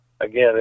again